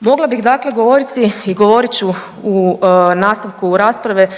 Mogla bih dakle govoriti i govorit ću u nastavku rasprave